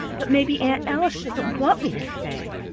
but maybe aunt alice doesn't want me to stay.